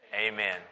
Amen